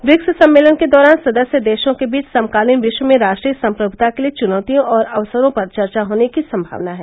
BRICS सम्मेलन के दौरान सदस्य देशों के बीच समकालीन विश्व में राष्ट्रीय संप्रभुता के लिए चुनौतियों और अवसरों पर चर्चा होने की संभावना है